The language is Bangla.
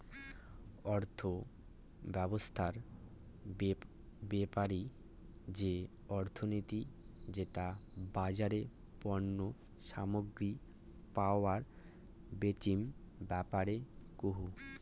অর্থব্যবছস্থা বেপারি যে অর্থনীতি সেটা বাজারে পণ্য সামগ্রী পরায় বেচিম ব্যাপারে কুহ